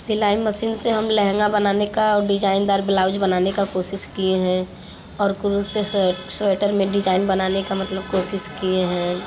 सिलाई मशीन से हम लहंगा बनाने का डिजाइन दार ब्लाउज़ बनाने का कोशिश किए हैं और कुरूस से स्वेटर में डिजाइन बनाने का मतलब कोशिश किए हैं